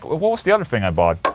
where's the other thing i bought?